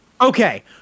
Okay